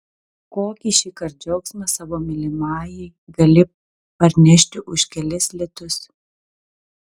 kokį šįkart džiaugsmą savo mylimajai gali parnešti už kelis litus